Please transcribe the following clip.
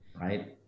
right